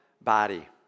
body